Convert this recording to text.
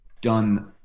done